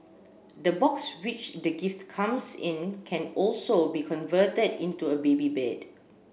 the box which the gift comes in can also be converted into a baby bed